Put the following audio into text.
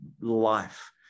life